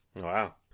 wow